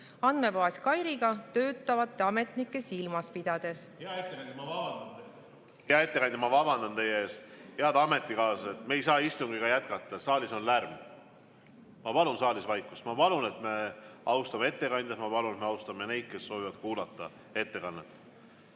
andmebaasiga KAIRI töötavaid ametnikke silmas pidades. Hea ettekandja! Ma vabandan teie ees. Head ametikaaslased! Me ei saa istungiga jätkata, saalis on lärm. Ma palun saalis vaikust. Ma palun, et me austame ettekandjat, ma palun, et me austame neid, kes soovivad kuulata ettekannet.